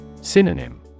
Synonym